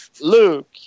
Luke